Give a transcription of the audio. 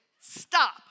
Stop